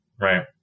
Right